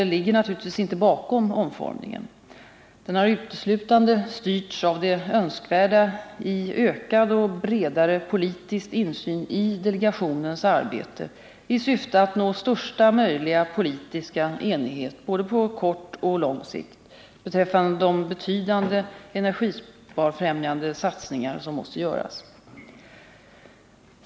Nr 159 naturligtvis inte bakom omformningen. Den har uteslutande styrts av det Tisdagen den önskvärda i ökad och bredare politisk insyn i delegationens arbete i syfte att 29 maj 1979 nå största möjliga politiska enighet, på både kort och lång sikt, beträffande de betydande energisparfrämjande satsningar som måste göras.